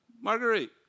Marguerite